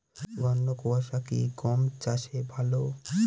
ঘন কোয়াশা কি গম চাষে ভালো?